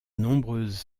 nombreuses